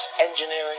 engineering